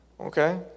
Okay